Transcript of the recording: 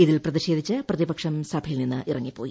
ഇതിൽ പ്രതിഷേധിച്ച് പ്രതിപക്ഷം സഭയിൽ നിന്നിറങ്ങിപ്പോയി